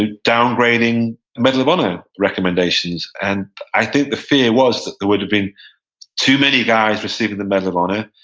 ah downgrading medal of honor recommendations. and i think the fear was that there would have been too many guys receiving the medal of honor,